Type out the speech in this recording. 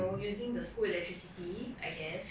okay lah call me cheapskate but I always like